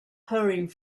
hurrying